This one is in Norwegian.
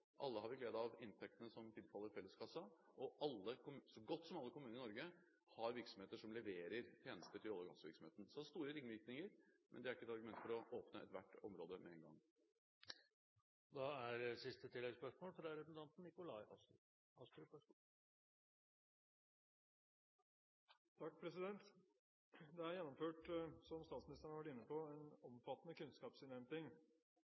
Alle har vi glede av inntektene som tilfaller felleskassen, og så godt som alle kommuner i Norge har virksomheter som leverer tjenester til olje- og gassvirksomheten. Det har store ringvirkninger, men det er ikke et argument for å åpne ethvert område med en gang. Nikolai Astrup – til siste oppfølgingsspørsmål. Det er gjennomført, som statsministeren har vært inne på, en